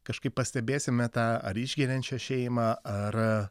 kažkaip pastebėsime tą ar išgeriančią šeimą ar